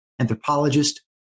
anthropologist